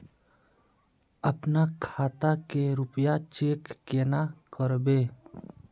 अपना खाता के रुपया चेक केना करबे?